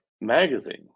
magazine